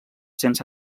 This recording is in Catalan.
sense